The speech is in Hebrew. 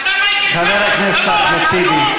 חבר הכנסת אחמד טיבי,